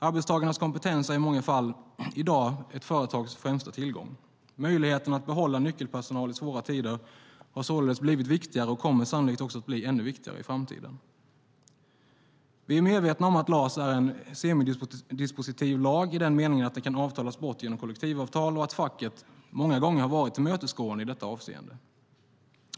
Arbetstagarnas kompetens är i dag i många fall ett företags främsta tillgång. Möjligheten att behålla nyckelpersonal i svåra tider har således blivit viktigare och kommer sannolikt också att bli ännu viktigare i framtiden. Vi är medvetna om att LAS är en semidispositiv lag i den meningen att den kan avtalas bort genom kollektivavtal och att facket många gånger har varit tillmötesgående i detta avseende.